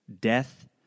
death